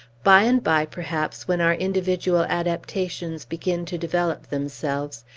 by and by, perhaps, when our individual adaptations begin to develop themselves,